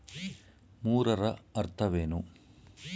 ಮೂರರ ಅರ್ಥವೇನು?